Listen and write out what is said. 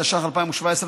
התשע"ח 2017,